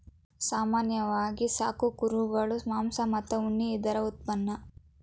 ಸಾಮಾನ್ಯವಾಗಿ ಸಾಕು ಕುರುಗಳು ಮಾಂಸ ಮತ್ತ ಉಣ್ಣಿ ಇದರ ಉತ್ಪನ್ನಾ